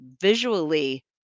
visually